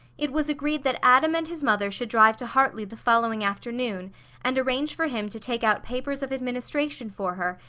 it was agreed that adam and his mother should drive to hartley the following afternoon and arrange for him to take out papers of administration for her,